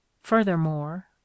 furthermore